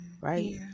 right